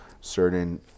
certain